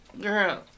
girl